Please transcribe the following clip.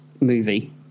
movie